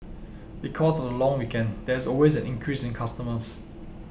because of the long weekend there is always an increase in customers